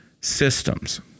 Systems